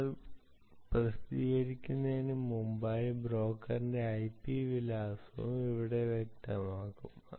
നിങ്ങൾ പ്രസിദ്ധീകരിക്കുന്നതിന് മുമ്പായി ബ്രോക്കറിന്റെ ഐപി വിലാസം ഇവിടെ വ്യക്തമാക്കും